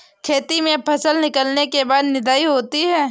खेती में फसल निकलने के बाद निदाई होती हैं?